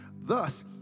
Thus